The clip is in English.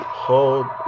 hold